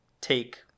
take